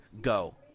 go